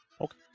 Okay